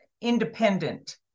independent